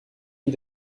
wie